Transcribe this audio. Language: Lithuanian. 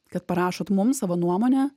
kad parašot mum savo nuomonę